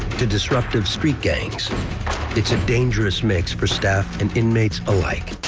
to disruptive street gangs it's a dangerous mix for staff and inmates alike.